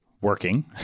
working